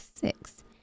six